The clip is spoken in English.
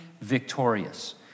victorious